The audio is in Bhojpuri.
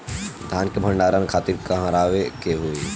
धान के भंडारन खातिर कहाँरखे के होई?